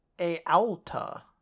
A-Alta